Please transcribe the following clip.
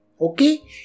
Okay